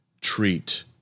treat